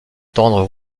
tendres